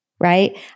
right